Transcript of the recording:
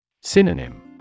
Synonym